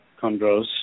chondros